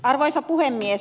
arvoisa puhemies